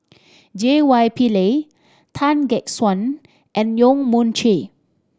J Y Pillay Tan Gek Suan and Yong Mun Chee